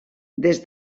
des